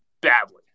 badly